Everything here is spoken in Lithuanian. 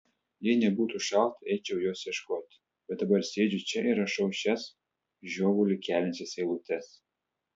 jei nebūtų šalta eičiau jos ieškoti bet dabar sėdžiu čia ir rašau šias žiovulį keliančias eilutes